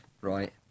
Right